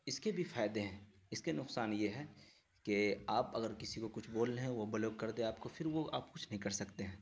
اس کے بھی فائدے ہیں اس کے نقصان یہ ہے کہ آپ اگر کسی کو کچھ بول رہے ہیں وہ بلاک کر دے آپ کو پھر وہ آپ کچھ نہیں کر سکتے ہیں